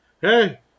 hey